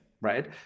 right